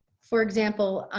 for example.